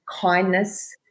kindness